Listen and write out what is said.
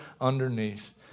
underneath